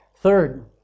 Third